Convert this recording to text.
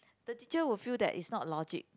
the teacher will feel that is not logic